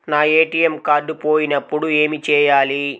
నా ATM card పోయినప్పుడు ఏమి చేయాలి?